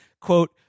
quote